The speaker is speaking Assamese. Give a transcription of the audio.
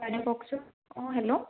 বাইদও কওকচোন অঁ হেল্ল'